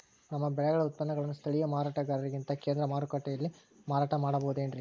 ನಮ್ಮ ಬೆಳೆಗಳ ಉತ್ಪನ್ನಗಳನ್ನ ಸ್ಥಳೇಯ ಮಾರಾಟಗಾರರಿಗಿಂತ ಕೇಂದ್ರ ಮಾರುಕಟ್ಟೆಯಲ್ಲಿ ಮಾರಾಟ ಮಾಡಬಹುದೇನ್ರಿ?